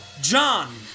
john